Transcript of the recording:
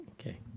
okay